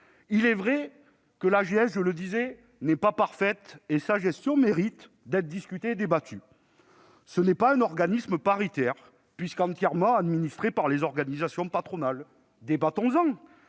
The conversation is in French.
Il est vrai que l'AGS n'est pas parfaite et que sa gestion mérite d'être discutée et débattue. Ce n'est pas un organisme paritaire, puisqu'elle est entièrement administrée par les organisations patronales. Débattons-en !